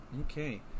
Okay